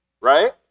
Right